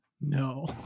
no